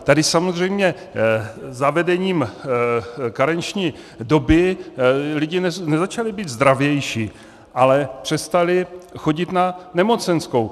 Tady samozřejmě zavedením karenční doby lidé nezačali být zdravější, ale přestali chodit na nemocenskou.